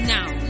Now